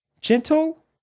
gentle